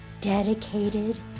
dedicated